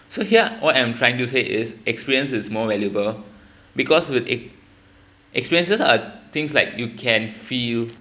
so here what I'm trying to say is experience is more valuable because with ex~ experiences are things like you can feel